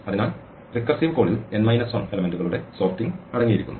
അതിനാൽ റിക്കർസീവ് കോളിൽ n minus 1 ഘടകങ്ങളുടെ സോർട്ടിംഗ് അടങ്ങിയിരിക്കുന്നു